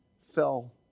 fell